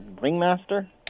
Ringmaster